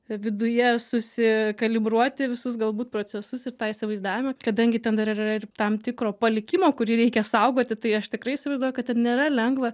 viduje susikalibruoti visus galbūt procesus ir tą įsivaizdavimą kadangi ten dar yra ir tam tikro palikimo kurį reikia saugoti tai aš tikrai įsivaizduoju kad ten nėra lengva